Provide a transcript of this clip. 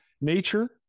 Nature